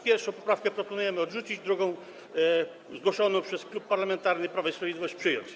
Pierwszą poprawkę proponujemy odrzucić, drugą, zgłoszoną przez Klub Parlamentarny Prawo i Sprawiedliwość - przyjąć.